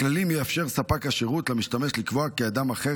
בכללים יאפשר ספק השירות למשתמש לקבוע כי אדם אחר